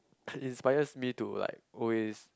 it inspires me to like always